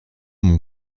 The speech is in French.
mon